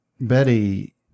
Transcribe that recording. betty